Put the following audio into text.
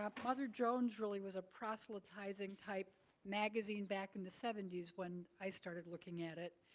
um mother jones really was a proselytizing-type magazine back in the seventy s when i started looking at it.